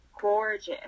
gorgeous